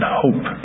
hope